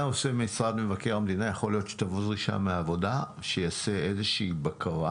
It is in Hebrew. משרד מבקר המדינה שיעשה איזושהי בקרה